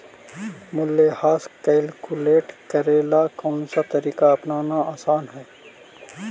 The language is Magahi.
मूल्यह्रास कैलकुलेट करे ला कौनसा तरीका अपनाना आसान हई